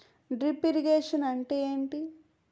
Drip irrigation అంటే ఏమిటి?